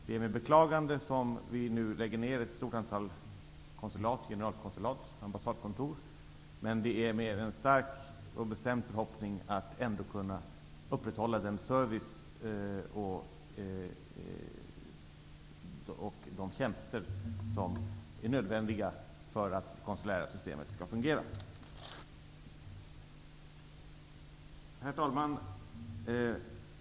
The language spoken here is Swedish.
Det är med beklagande som vi nu lägger ner ett stort antal generalkonsulat och ambassadkontor, men det är med en stark och bestämd förhoppning att ändå kunna upprätthålla den service och de tjänster som är nödvändiga för att det konsulära systemet skall fungera. Herr talman!